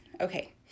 Okay